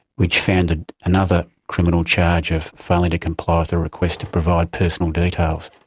which founded another criminal charge of failing to comply with a request to provide personal details.